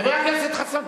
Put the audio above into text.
חבר הכנסת חסון,